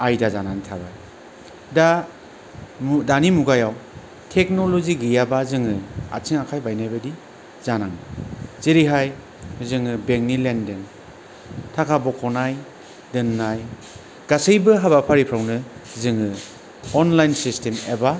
आयदा जानानै थाबाय दा दानि मुगायाव टेक्न'ल'जि गैयाबा जोङो आथिं आखाय बायनाय बायदि जानांगोन जेरैहाय जोङो बेंकनि लेनदेन थाका बखनाय दोननाय गासैबो हाबाफारिफ्रावनो जोङो अनलाइन सिस्टेम एबा